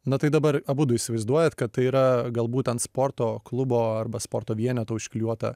na tai dabar abudu įsivaizduojat kad tai yra galbūt ant sporto klubo arba sporto vieneto užklijuota